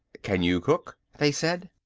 can you cook? they said.